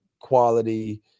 quality